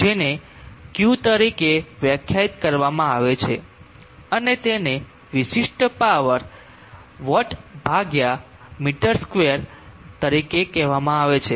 જેને q તરીકે વ્યાખ્યાયિત કરવામાં આવે છે અને તેને વિશિષ્ટ પાવર w m2 કહેવામાં આવે છે